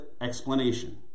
explanation